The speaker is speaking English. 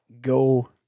go